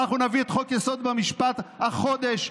ואנחנו נביא את חוק-יסוד: המשפט החודש.